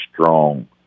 strong